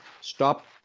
stop